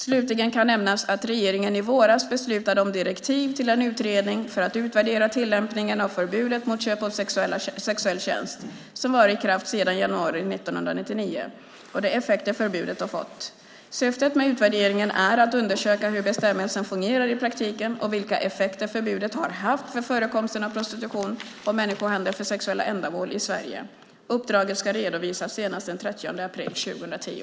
Slutligen kan nämnas att regeringen i våras beslutade om direktiv till en utredning för att utvärdera tillämpningen av förbudet mot köp av sexuell tjänst, som varit i kraft sedan januari 1999, och de effekter förbudet har fått. Syftet med utvärderingen är att undersöka hur bestämmelsen fungerar i praktiken och vilka effekter förbudet har haft för förekomsten av prostitution och människohandel för sexuella ändamål i Sverige. Uppdraget ska redovisas senast den 30 april 2010.